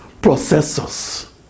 processors